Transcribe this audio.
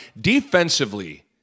defensively